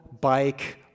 bike